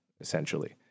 essentially